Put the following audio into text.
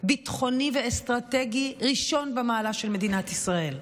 ביטחוני ואסטרטגי ראשון במעלה של מדינת ישראל.